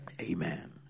Amen